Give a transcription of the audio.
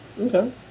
Okay